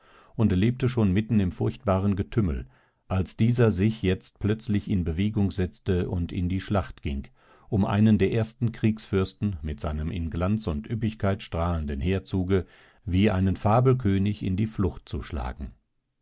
und lebte schon mitten im furchtbaren getümmel als dieser sich jetzt plötzlich in bewegung setzte und in die schlacht ging um einen der ersten kriegsfürsten mit seinem in glanz und üppigkeit strahlenden heerzuge wie einen fabelkönig in die flucht zu schlagen